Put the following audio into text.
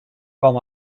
com